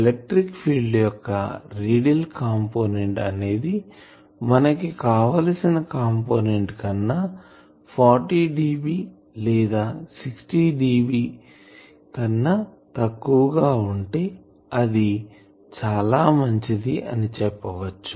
electric field యొక్క radial component అనేది మనకు కావలిసిన కంపోనెంట్ కన్నా 40 dB లేదా 60 dB తక్కువ గా ఉంటే అది చాలా మంచిది అని చెప్పవచ్చు